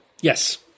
Yes